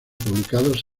publicados